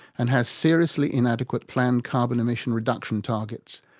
and has seriously inadequate planned carbon emissions reduction targets,